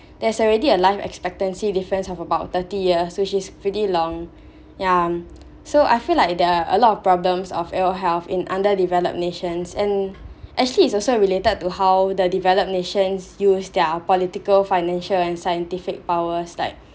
there's already a life expectancy difference of about thirty years which is pretty long ya so I feel like there are a lot of problems of ill health in underdeveloped nations and actually it's also related to how the developed nations use their political financial and scientific power like